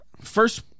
first